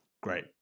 Great